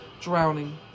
Drowning